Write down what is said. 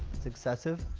it's excessive.